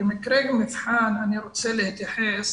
כמקרה מבחן אני רוצה להתייחס